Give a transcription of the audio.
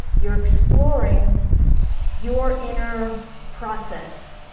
you're exploring your inner process